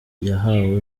yahawe